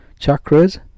chakras